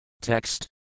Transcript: Text